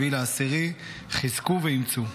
7 באוקטובר: חזקו ואמצו.